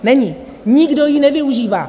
Není, nikdo ji nevyužívá.